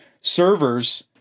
servers